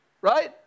Right